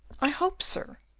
i hope, sir,